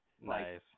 Nice